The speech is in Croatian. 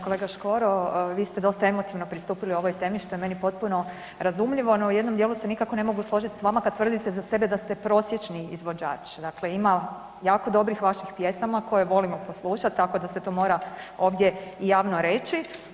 Kolega Škoro, vi ste dosta emotivno pristupili ovoj temi što je meni potpuno razumljivo no u jednom dijelu se nikako ne mogu složiti s vama kada tvrdite za sebe da ste prosječni izvođač, dakle ima jako dobrih vaših pjesama koje volimo poslušat, tako da se to mora ovdje i javno reći.